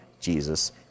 Jesus